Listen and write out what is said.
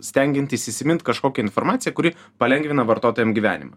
stengiantis įsimint kažkokią informaciją kuri palengvina vartotojam gyvenimą